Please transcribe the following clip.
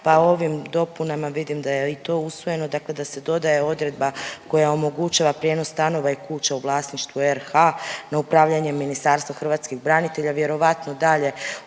pa ovim dopunama, vidim da je i to usvojeno, dakle da se dodaje odredba koja omogućava prijenos stanova i kuća u vlasništvu RH na upravljanje Ministarstva hrvatskih branitelja, vjerovatno dalje